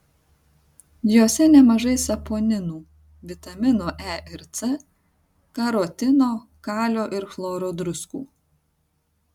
jose nemažai saponinų vitaminų e ir c karotino kalio ir chloro druskų